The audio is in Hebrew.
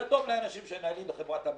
זה טוב לאנשים שהם נאיביים בחברת "עמיר",